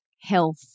health